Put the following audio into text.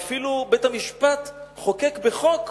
ואפילו בית-המשפט חוקק בחוק,